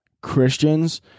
christians